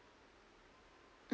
mm